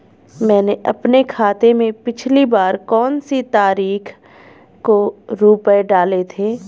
मैंने अपने खाते में पिछली बार कौनसी तारीख को रुपये डाले थे?